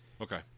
Okay